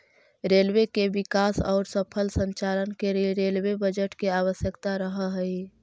railway के विकास औउर सफल संचालन के लिए रेलवे बजट के आवश्यकता रहऽ हई